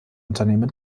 unternehmen